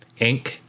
Inc